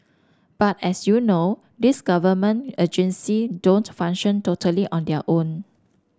but as you know these government agency don't function totally on their own